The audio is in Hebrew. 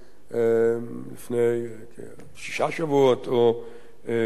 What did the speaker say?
לפני שישה שבועות או שמונה שבועות.